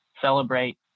celebrate